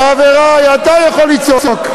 חברי, אתה יכול לצעוק.